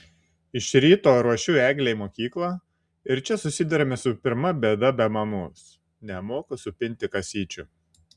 iš ryto ruošiu eglę į mokyklą ir čia susiduriame su pirma bėda be mamos nemoku supinti kasyčių